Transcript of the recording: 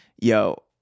yo